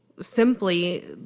simply